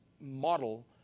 model